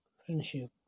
friendship